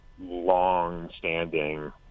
long-standing